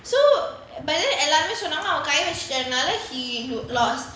so but then எல்லோருமே சொன்னாங்க அவன் கை வச்சிட்டதால:ellorumae sonnaanga ava kai vachitathala he lost